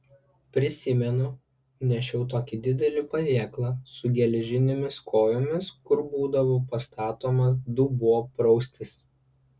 prisimenu nešiau tokį didelį padėklą su geležinėmis kojomis kur būdavo pastatomas dubuo praustis